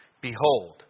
behold